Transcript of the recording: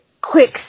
quick